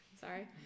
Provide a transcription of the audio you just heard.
sorry